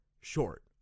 short